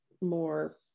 more